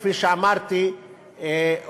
כפי שאמרתי,